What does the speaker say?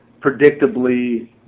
predictably